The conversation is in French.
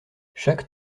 chaque